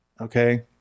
okay